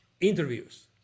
interviews